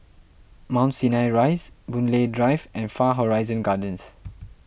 Mount Sinai Rise Boon Lay Drive and Far Horizon Gardens